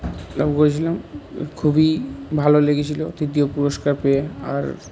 লাভ করেছিলাম খুবই ভালো লেগেছিলো তৃতীয় পুরস্কার পেয়ে আর